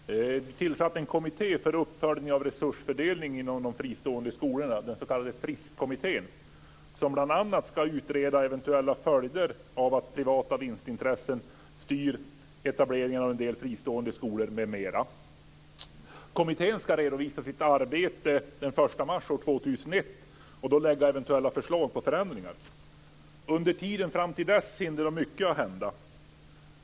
Fru talman! Det har tillsatts en kommitté för uppföljning av resursfördelningen inom de fristående grundskolorna, den s.k. Fristkommittén, som bl.a. ska utreda eventuella följder av att privata vinstintressen styr etableringen av en del fristående skolor m.m. Kommittén ska redovisa sitt arbete den 1 mars år 2001 och då lägga fram eventuella förslag till förändringar. Under tiden fram till dess hinner mycket hända.